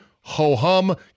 Ho-hum